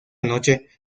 noche